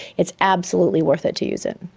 it's absolutely worth it to use it.